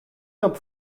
top